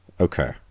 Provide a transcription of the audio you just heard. Okay